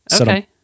Okay